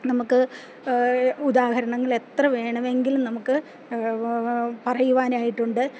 നമുക്ക് ഉദാഹരണങ്ങളെത്ര വേണമെങ്കിലും നമുക്ക് പറയുവാനായിട്ടുണ്ട്